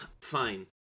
fine